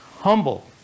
humble